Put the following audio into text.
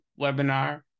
webinar